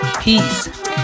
peace